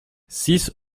six